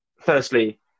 firstly